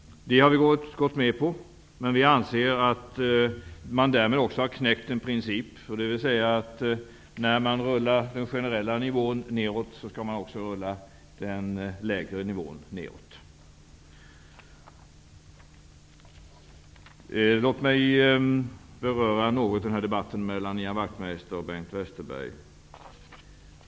Vi har gått med på det, men vi anser att man därmed också har fastlagt en princip. När man sänker den generella nivån skall man sänka även den lägre nivån. Låt mig något beröra debatten mellan Ian Wachtmeister och Bengt Westerberg.